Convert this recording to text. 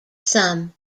sum